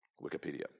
Wikipedia